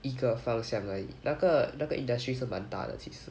一个方向而已那个那个 industry 是蛮大的其实